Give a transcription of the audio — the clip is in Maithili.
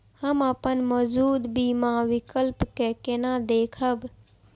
हम अपन मौजूद बीमा विकल्प के केना देखब?